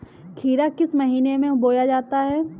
खीरा किस महीने में बोया जाता है?